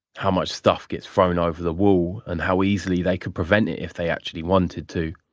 how much stuff gets thrown over the wall and how easily they could prevent it if they actually wanted to.